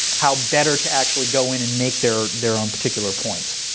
how better to actually go in and make their their own particular points.